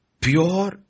pure